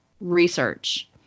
research